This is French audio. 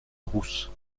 rousse